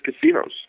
casinos